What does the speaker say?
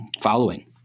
following